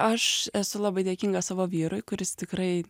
aš esu labai dėkinga savo vyrui kuris tikrai